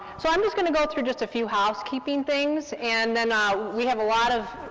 so i'm just going to go through just a few housekeeping things, and then um we have a lot of,